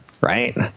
right